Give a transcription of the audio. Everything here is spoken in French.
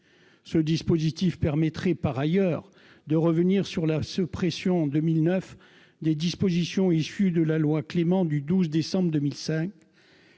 Ce dispositif permettrait par ailleurs de revenir sur la suppression, en 2009, des dispositions issues de la loi Clément du 12 décembre 2005